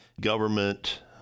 government